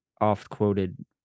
oft-quoted